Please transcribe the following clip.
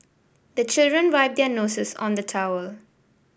the children wipe their noses on the towel